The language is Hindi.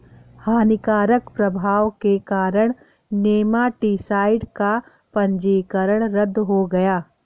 हानिकारक प्रभाव के कारण नेमाटीसाइड का पंजीकरण रद्द हो गया